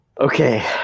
Okay